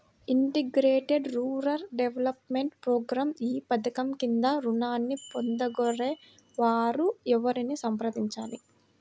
Integrated rural development programme ఈ పధకం క్రింద ఋణాన్ని పొందగోరే వారు ఎవరిని సంప్రదించాలి?